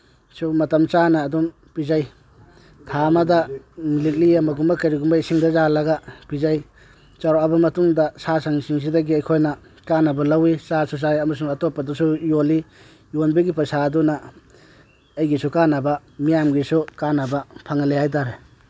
ꯁꯨ ꯃꯇꯝ ꯆꯥꯅ ꯑꯗꯨꯝ ꯄꯤꯖꯩ ꯊꯥ ꯑꯃꯗ ꯂꯤꯛꯂꯤ ꯑꯃꯒꯨꯝꯕ ꯀꯔꯤꯒꯨꯝꯕ ꯏꯁꯤꯡꯗ ꯌꯥꯜꯂꯒ ꯄꯤꯖꯩ ꯄꯥꯎꯔꯛꯑꯕ ꯃꯇꯨꯡꯗ ꯁꯥ ꯁꯟꯁꯤꯡꯁꯤꯗꯒꯤ ꯑꯩꯈꯣꯏꯅ ꯀꯥꯅꯕ ꯂꯧꯏ ꯆꯥꯁꯨ ꯆꯥꯏ ꯑꯃꯁꯨꯡ ꯑꯇꯣꯞꯄꯗꯁꯨ ꯌꯣꯜꯂꯤ ꯌꯣꯟꯕꯒꯤ ꯄꯩꯁꯥ ꯑꯗꯨꯅ ꯑꯩꯒꯤꯁꯨ ꯀꯥꯅꯕ ꯃꯤꯌꯥꯝꯒꯤꯁꯨ ꯀꯥꯅꯕ ꯐꯪꯍꯜꯂꯤ ꯍꯥꯏꯇꯥꯔꯦ